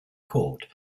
court